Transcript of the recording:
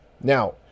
Now